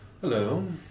Hello